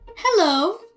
Hello